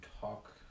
talk